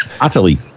Utterly